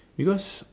because